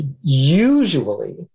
Usually